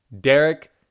Derek